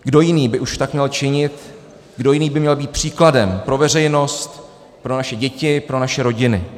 Kdo jiný by už tak měl činit, kdo jiný by měl být příkladem pro veřejnost, pro naše děti, pro naše rodiny?